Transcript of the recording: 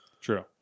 True